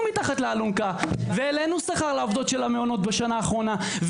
תחת האלונקה והעלינו שכר לעובדות של המעונות בשנה האחרונה,